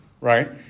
right